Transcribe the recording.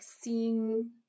seeing